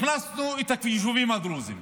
הכנסנו את היישובים הדרוזיים,